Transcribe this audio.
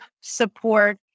support